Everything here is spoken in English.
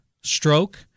stroke